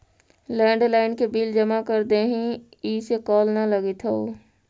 landline के bill जमा कर देहीं, इसे कॉल न लगित हउ